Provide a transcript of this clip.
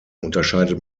unterscheidet